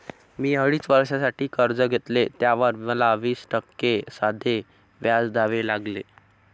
मी अडीच वर्षांसाठी कर्ज घेतले, त्यावर मला वीस टक्के साधे व्याज द्यावे लागले